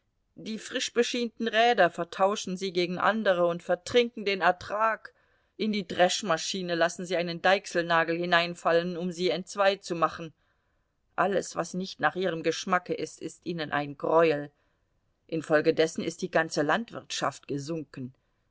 die frisch beschienten räder vertauschen sie gegen andere und vertrinken den ertrag in die dreschmaschine lassen sie einen deichselnagel hineinfallen um sie entzweizumachen alles was nicht nach ihrem geschmacke ist ist ihnen ein greuel infolgedessen ist die ganze landwirtschaft gesunken